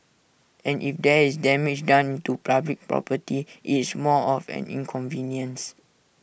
and if there is damage done to public property IT is more of an inconvenience